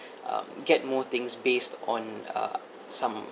um get more things based on uh some